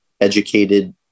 educated